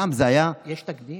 פעם זה היה, יש תקדים?